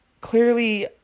clearly